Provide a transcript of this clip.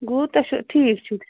گوٚو تۄہہِ چھُ ٹھیٖک چھُ